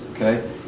okay